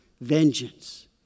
vengeance